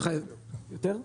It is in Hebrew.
יותר?